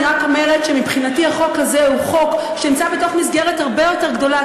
אני רק אומרת שמבחינתי החוק הזה נמצא במסגרת הרבה יותר גדולה,